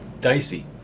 dicey